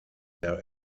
there